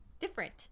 different